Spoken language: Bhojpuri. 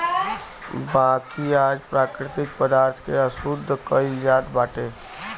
बाकी आज प्राकृतिक पदार्थ के अशुद्ध कइल जात बाटे